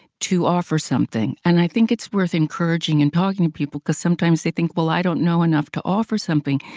to offer something. and i think it's worth encouraging and talking to people because sometimes they think, well, i don't know enough to offer something,